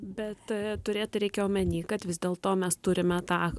bet turėti reikia omeny kad vis dėl to mes turime tą